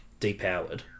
depowered